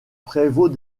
prévôt